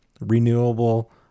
renewable